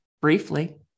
briefly